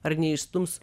ar neišstums